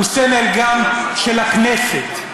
הוא סמל גם של הכנסת.